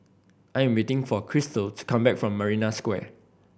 I'm waiting for Krystal to come back from Marina Square